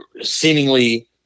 seemingly